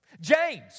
James